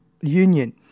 union